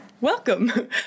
Welcome